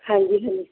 ਹਾਂਜੀ ਹਾਂਜੀ